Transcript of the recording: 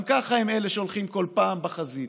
גם ככה הם אלה שהולכים כל פעם בחזית.